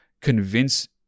convince